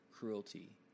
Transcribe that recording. cruelty